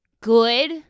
Good